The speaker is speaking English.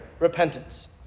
repentance